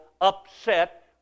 upset